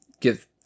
Give